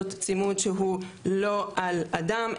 צימוד שהוא לא על אדם,